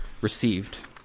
received